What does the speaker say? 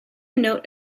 note